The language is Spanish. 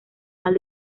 mal